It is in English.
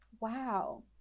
wow